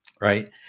Right